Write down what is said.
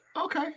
Okay